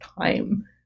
time